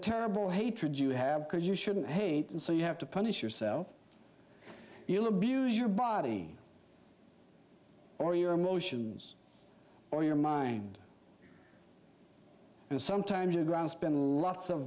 terrible hatred you have because you shouldn't hate and so you have to punish yourself you'll abuse your body or your emotions or your mind and sometimes you go around spend lots of